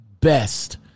Best